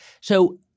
So-